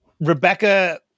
Rebecca